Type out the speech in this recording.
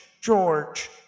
George